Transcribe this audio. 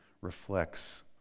reflects